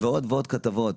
ועוד ועוד כתבות.